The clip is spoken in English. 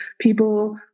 people